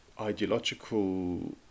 ideological